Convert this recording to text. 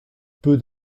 peu